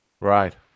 Right